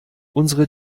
unsere